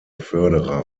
förderer